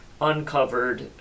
uncovered